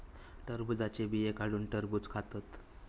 टरबुजाचे बिये काढुन टरबुज खातत